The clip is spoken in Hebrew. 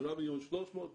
10.3 מיליארד ומשהו.